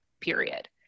period